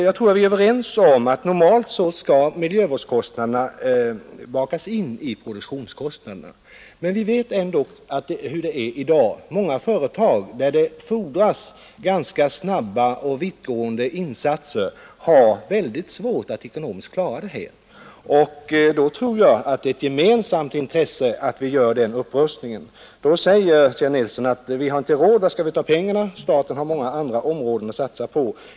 Jag tror att vi är överens om att miljövårdskostnaderna normalt skall bakas in i produktionskostnaderna. Men vi vet ändå hur det är i dag. Många företag där det fordras ganska snabba och vittgående insatser har mycket svårt att ekonomiskt klara detta. Då tror jag att det är ett gemensamt intresse att vi gör den upprustningen. Herr Kjell Nilsson säger att vi inte har råd — varifrån skall vi ta pengarna? Staten har många andra områden att satsa på.